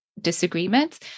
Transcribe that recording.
disagreements